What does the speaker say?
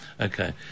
Okay